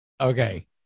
Okay